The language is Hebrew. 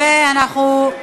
ואנחנו,